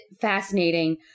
fascinating